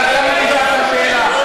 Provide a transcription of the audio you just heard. לא מכובד.